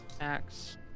axe